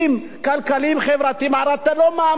הרי אתה לא מאמין למה שאתה עושה.